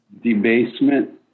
debasement